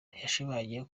yashimangiye